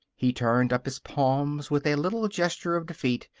he turned up his palms with a little gesture of defeat.